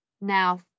now